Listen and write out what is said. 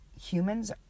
humans